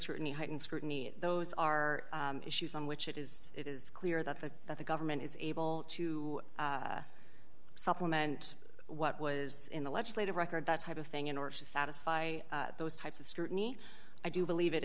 certainly heightened scrutiny those are issues on which it is it is clear that the that the government is able to supplement what was in the legislative record that type of thing in order to satisfy those types of scrutiny i do believe it